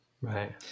Right